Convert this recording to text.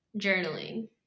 journaling